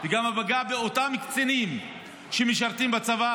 וכמה הוא פגע באותם קצינים שמשרתים בצבא,